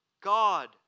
God